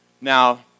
Now